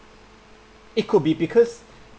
it could be because